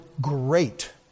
great